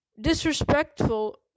disrespectful